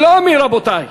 שלומי, רבותי.